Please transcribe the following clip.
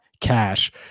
cash